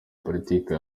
politike